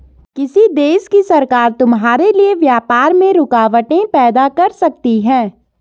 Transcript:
किसी देश की सरकार तुम्हारे लिए व्यापार में रुकावटें पैदा कर सकती हैं